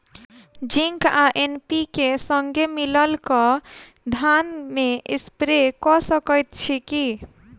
Zinc आ NPK, संगे मिलल कऽ धान मे स्प्रे कऽ सकैत छी की?